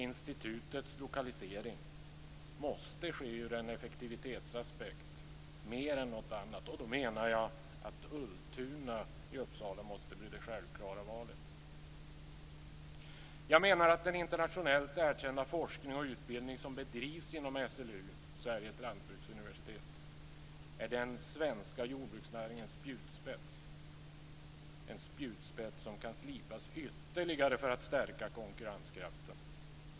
Institutets lokalisering måste ske ur en effektivitetsaspekt mer än något annat, och då menar jag att Ultuna i Uppsala måste bli det självklara valet. Jag menar att den internationellt erkända forskning och utbildning som bedrivs inom SLU, Sveriges lantbruksuniversitet, är den svenska jordbruksnäringens spjutspets - en spjutspets som kan slipas ytterligare för att stärka konkurrenskraften.